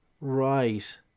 Right